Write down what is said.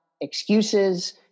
excuses